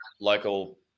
local